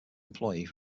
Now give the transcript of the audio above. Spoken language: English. employee